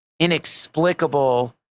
inexplicable